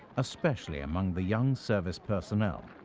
especially among the young service personnel,